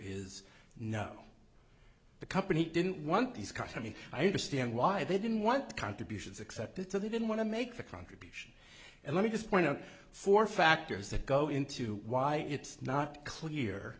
is no the company didn't want these cuts i mean i understand why they didn't want contributions accepted so they didn't want to make the contribution and let me just point out four factors that go into why it's not clear